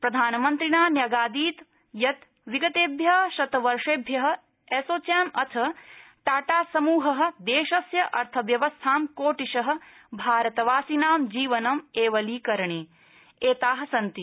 प्रधानमन्त्री न्यगादीत् यत् विगतेभ्य शतवर्षेभ्य एसोचप्तअथ टाटा समूह देशस्य अर्थव्यवस्थां कोटिश भारतवासिनां जीवनं सबलीकरणे रता सन्ति